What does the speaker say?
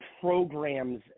programs